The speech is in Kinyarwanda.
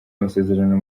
amasezerano